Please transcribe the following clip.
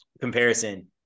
comparison